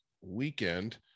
weekend